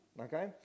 okay